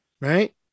right